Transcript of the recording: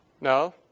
No